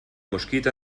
mosquit